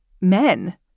men